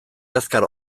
azkar